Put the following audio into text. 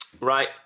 right